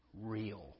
real